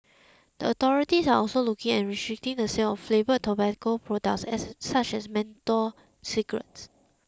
the authorities are also looking at restricting the sale flavoured tobacco products as such as menthol cigarettes